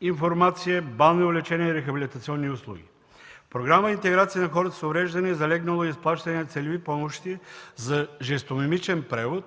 информация, балнеолечение и рехабилитационни услуги. В Програма „Интеграция на хората с увреждания” е залегнало и изплащането на целеви помощи за жестомимичен превод,